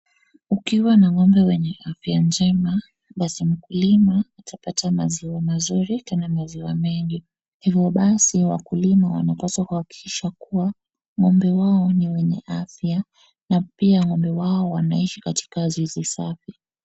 Ukiwa na ng'ombe wenye afya njema, basi mkulima atapata maziwa mazuri ama maziwa mengi hivyo basi wakulima wanapaswa kuahakikisha kuwa ng'ombe wao ni wenye afya na pia ng'ombe wao wanaishi kwenye zizi safi.